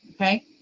okay